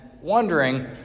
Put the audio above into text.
wondering